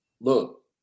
look